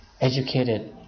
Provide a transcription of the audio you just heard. educated